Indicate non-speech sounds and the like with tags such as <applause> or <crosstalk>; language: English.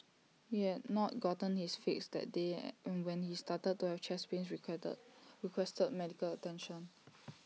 he had not gotten his fix that day and when he started to have chest pains <unintelligible> requested medical attention